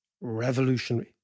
revolutionary